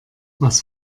was